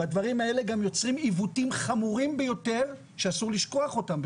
והדברים האלה גם יוצרים עיוותים חמורים ביותר שאסור לשכוח אותם,